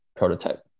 prototype